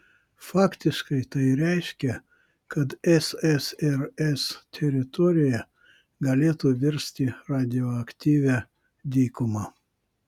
faktiškai tai reiškė kad ssrs teritorija galėtų virsti radioaktyvia dykuma